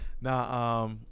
Now